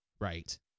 Right